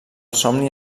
somni